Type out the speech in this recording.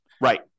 Right